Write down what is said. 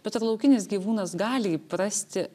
bet ar laukinis gyvūnas gali įprasti